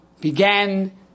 began